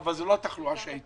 אבל זה לא התחלואה שהייתה.